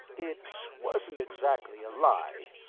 it wasn't exactly a lie.